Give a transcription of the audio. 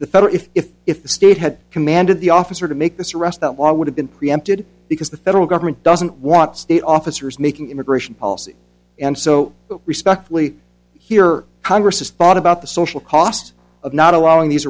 federal if if if the state had commanded the officer to make this arrest that war would have been preempted because the federal government doesn't want state officers making immigration policy and so but respectfully here congress has thought about the social cost of not allowing these